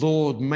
Lord